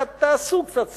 תעשו קצת סיבוב,